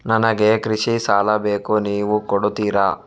ನನಗೆ ಕೃಷಿ ಸಾಲ ಬೇಕು ನೀವು ಕೊಡ್ತೀರಾ?